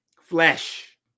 Flesh